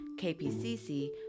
KPCC